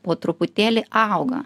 po truputėlį auga